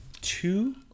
two